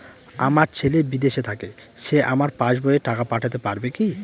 আমার ছেলে বিদেশে থাকে সে আমার পাসবই এ টাকা পাঠাতে পারবে কি?